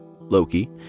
Loki